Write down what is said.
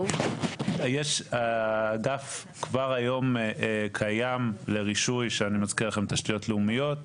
יש אגף כבר היום קיים לרישוי שאני מזכיר לכם תשתיות לאומיות,